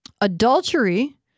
Adultery